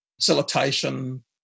facilitation